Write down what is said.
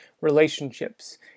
relationships